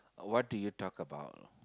what did you talk about